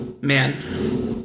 Man